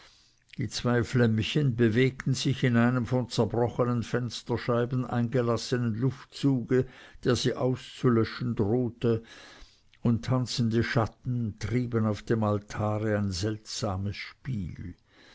die zwei flämmchen bewegten sich in einem von zerbrochenen fensterscheiben eingelassenen luftzuge der sie auszulöschen drohte und tanzende schatten trieben auf dem altare ein seltsames spiel